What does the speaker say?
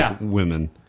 women